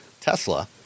Tesla